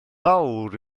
fawr